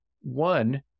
One